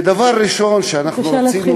והדבר הראשון שאנחנו רצינו, בבקשה להתחיל